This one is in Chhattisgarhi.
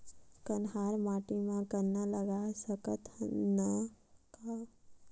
कन्हार माटी म गन्ना लगय सकथ न का?